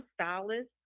stylist